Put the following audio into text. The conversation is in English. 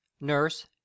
nurse